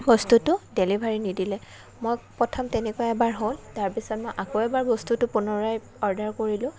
বস্তুটো ডেলিভাৰী নিদিলে মই প্ৰথম তেনেকুৱা এবাৰ হ'ল তাৰপিছত মই আকৌ এবাৰ বস্তুটো পুনৰাই অৰ্ডাৰ কৰিলোঁ